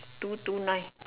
two two nine